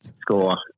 score